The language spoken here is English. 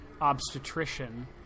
obstetrician